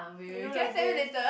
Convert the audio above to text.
you know the face